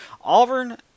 Auburn